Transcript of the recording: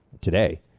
today